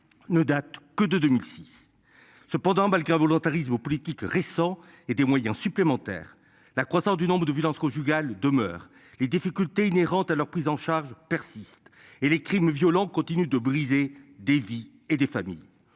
Ne date que de 2006. Cependant, malgré un volontarisme aux politiques récents et des moyens supplémentaires. La croissance du nombre de Willemse conjugal demeure les difficultés inhérentes à leur prise en charge persiste et les crimes violents continuent de briser des vies et des familles.